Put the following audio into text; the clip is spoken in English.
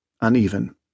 uneven